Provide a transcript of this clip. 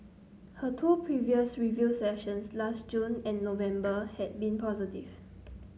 her two previous review sessions last June and November had been positive